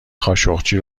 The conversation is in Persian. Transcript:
خاشقچی